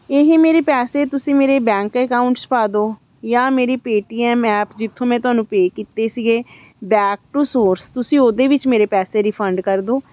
ਇਹ ਮੇਰੇ ਪੈਸੇ ਤੁਸੀਂ ਮੇਰੇ ਬੈਂਕ ਅਕਾਊਂਟ 'ਚ ਪਾ ਦਿਉ ਜਾਂ ਮੇਰੀ ਪੇਟੀਐੱਮ ਐਪ ਜਿੱਥੋਂ ਮੈਂ ਤੁਹਾਨੂੰ ਪੇਅ ਕੀਤੇ ਸੀਗੇ ਬੈਕ ਟੂ ਸੋਰਸ ਤੁਸੀਂ ਉਹਦੇ ਵਿੱਚ ਮੇਰੇ ਪੈਸੇ ਰਿਫੰਡ ਕਰ ਦਿਉ